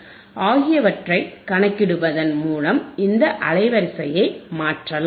L ஆகியவற்றைக் கணக்கிடுவதன் மூலம் இந்த அலைவரிசையை மாற்றலாம்